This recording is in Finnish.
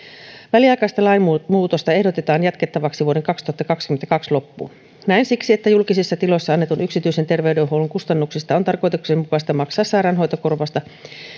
väliaikaista lainmuutosta ehdotetaan jatkettavaksi vuoden kaksituhattakaksikymmentäkaksi loppuun näin siksi että julkisissa tiloissa annetun yksityisen terveydenhuollon kustannuksista on tarkoituksenmukaista maksaa sairaanhoitokorvausta